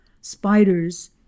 spiders